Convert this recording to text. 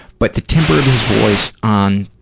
but the timbre of his voice on